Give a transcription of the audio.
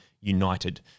united